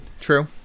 true